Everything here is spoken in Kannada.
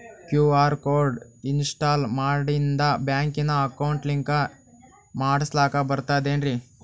ಕ್ಯೂ.ಆರ್ ಕೋಡ್ ಇನ್ಸ್ಟಾಲ ಮಾಡಿಂದ ಬ್ಯಾಂಕಿನ ಅಕೌಂಟ್ ಲಿಂಕ ಮಾಡಸ್ಲಾಕ ಬರ್ತದೇನ್ರಿ